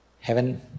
heaven